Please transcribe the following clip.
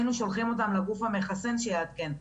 היינו שולחים אותם לגוף המחסן שיעדכן.